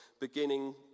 beginning